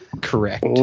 correct